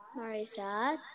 Marisa